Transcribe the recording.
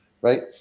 right